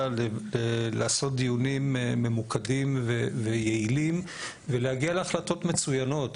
לעשות דיונים ממוקדים ויעילים ולהגיע להחלטות מצוינות.